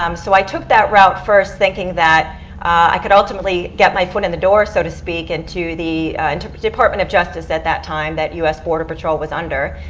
um so i took that route first thinking that i could ultimately get my foot in the door, so to speak, into the and department of justice at that time, that u s. border patrol was under.